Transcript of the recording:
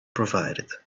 provided